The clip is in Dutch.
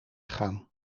gaan